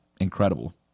incredible